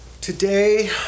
Today